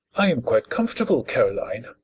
i am quite comfortable, caroline.